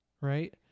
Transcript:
Right